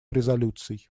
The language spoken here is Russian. резолюций